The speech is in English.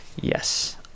Yes